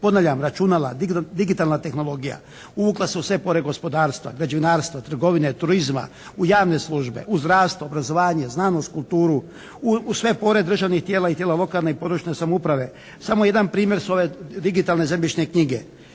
Ponavljam računala, digitalna tehnologija uvukla se u sve pore gospodarstva, građevinarstva, trgovine, turizma, u javne službe, u zdravstvo, obrazovanje, znanost, kulturu. U sve pore državnih tijela i tijela lokalne i područne samouprave. Samo jedan primjer su ove digitalne zemljišne knjige.